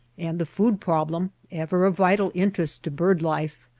and the food problem, ever of vital interest to bird-life,